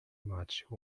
much